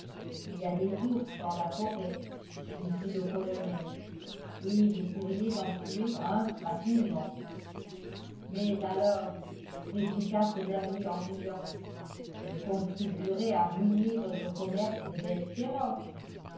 il y a des ours dans la forêt dit-il au colonel et vous pourriez en tuer un facilement mais alors répliqua ce dernier en riant je contribuerais à ruiner votre commerce de bêtes féroces